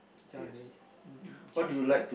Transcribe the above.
genres